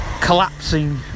collapsing